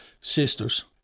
sisters